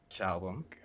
album